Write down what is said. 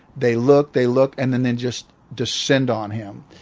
they look, they look, and then then just descend on him.